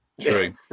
True